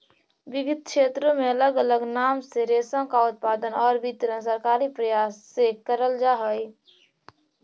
विविध क्षेत्रों में अलग अलग नाम से रेशम का उत्पादन और वितरण सरकारी प्रयास से करल जा हई